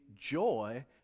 joy